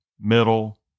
middle